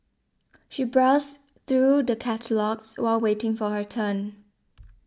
she browsed through the catalogues while waiting for her turn